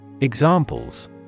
Examples